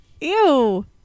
ew